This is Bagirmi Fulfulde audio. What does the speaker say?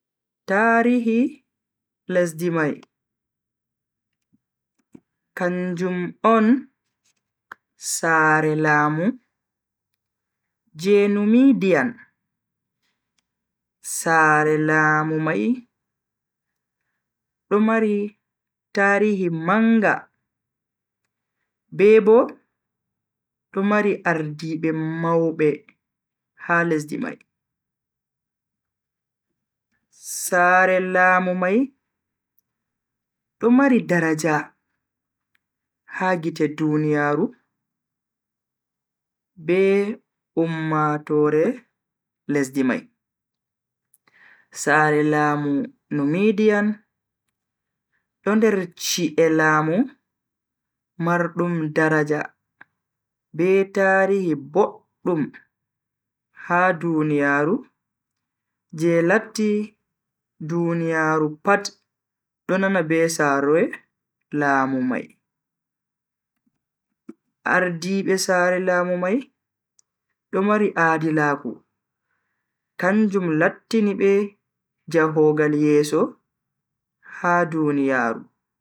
Tarihi lesdi mai kanjum on sare laamu je numidian. Sare laamu mai do mari tarihi manga be Bo do mari ardiibe maube ha lesdi mai. saare laamu mai do mari daraja ha gite duniyaaru be ummatoore lesdi mai. Sare laamu numidian do nder chi'e laamu mardum daraja be tarihi boddum ha duniyaaru je latti duniyaaru pat do nana be sare laamu mai. ardiibe sare laamu mai do mari aadilaku kanjum lattini be jahogal yeso ha duniyaaru.